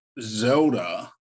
Zelda